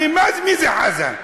מי זה חזן?